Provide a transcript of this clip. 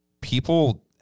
people